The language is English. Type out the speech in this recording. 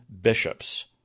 bishops